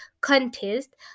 contest